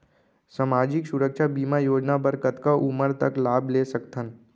सामाजिक सुरक्षा बीमा योजना बर कतका उमर तक लाभ ले सकथन?